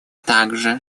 также